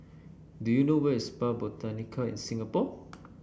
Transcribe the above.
do you know where is Spa Botanica in Singapore